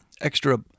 extra